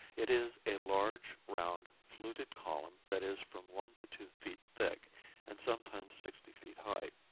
it is a large, round, fluted column that is from one to two feet thick and sometimes sixty feet high.